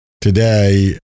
today